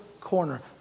corner